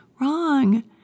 Wrong